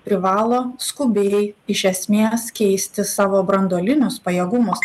privalo skubiai iš esmės keisti savo branduolinius pajėgumus